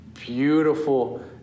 Beautiful